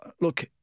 Look